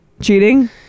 Cheating